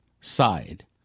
side